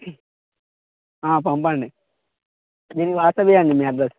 పంపండి దీనికి వాట్సాప్ చేయండి మీ అడ్రస్